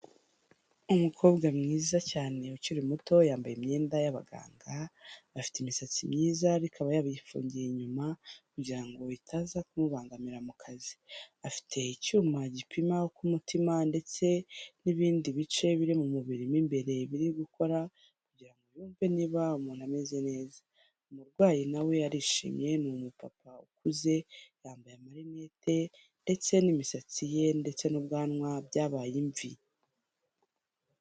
Umukobwa mwiza cyane ukiri muto, yambaye imyenda y'abaganga afite imisatsi myiza ariko yayifungiye inyuma kugira ngo itaza kumubangamira mu kazi. Afite icyuma gipima Uku mutima utera ndetse n'ibindi bice biri mu mubiri mo imbere biri gukora kugirango yumve niba umuntu ameze neza, umurwayi nawe arishimye ni umupapa ukuze yambaye amarinete ndetse n'imisatsi ye ndetse n'ubwanwa byabaye imvi.